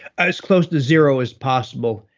as close to zero as possible.